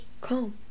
calm